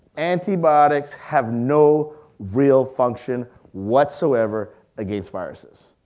antibiotics have no real function whatsoever against viruses.